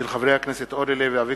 הצעתם של חברי הכנסת אורלי לוי אבקסיס,